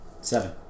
Seven